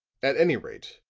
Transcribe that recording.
at any rate,